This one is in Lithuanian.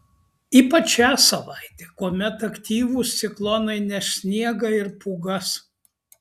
ypač šią savaitę kuomet aktyvūs ciklonai neš sniegą ir pūgas